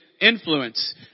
influence